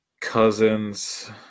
Cousins